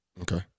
Okay